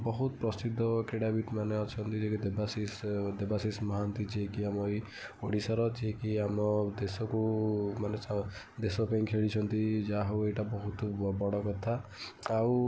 ବହୁତ ପ୍ରସିଦ୍ଧ କ୍ରୀଡ଼ାବିତ୍ମାନେ ଅଛନ୍ତି ଯେକି ଦେବାଶିଷ ଦେବାଶିଷ ମହାନ୍ତି ଯିଏକି ଆମ ଏଇ ଓଡ଼ିଶାର ଯିଏକି ଆମ ଦେଶକୁ ମାନେ ଦେଶପାଇଁ ଖେଳିଛନ୍ତି ଯାହାହେଉ ଏଇଟା ବହୁତୁ ବଡ଼କଥା ଆଉ